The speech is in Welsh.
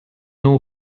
nhw